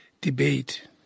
debate